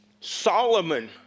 Solomon